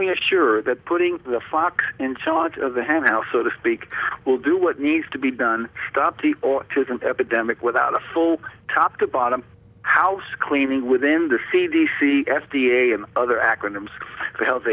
ensure that putting the fox in charge of the henhouse so to speak will do what needs to be done stop the autism epidemic without a full top to bottom house cleaning within the c d c f d a and other acronyms the health